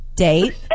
Date